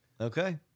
okay